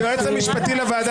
היועץ המשפטי לוועדה,